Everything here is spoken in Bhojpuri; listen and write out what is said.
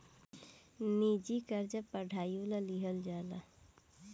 निजी कर्जा पढ़ाईयो ला लिहल जाला